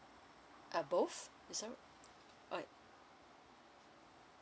uh both is